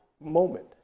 moment